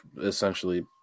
essentially